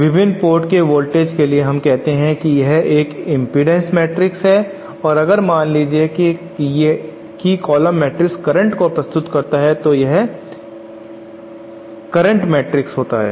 विभिन्न पोर्ट के वोल्टेज के लिए हम कहते हैं कि यह एक इम्पीडेन्स मेट्रिक्स है और अगर मान ले कि है कॉलम मैट्रिक्स करंट को प्रस्तुत करता है तो यह इम्पीडेन्स मैट्रिक्स होता है